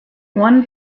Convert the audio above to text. one